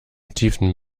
tiefen